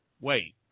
wait